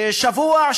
שבוע,